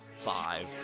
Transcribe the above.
five